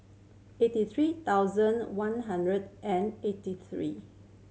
eighty three thousand one hundred and eighty three